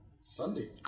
Sunday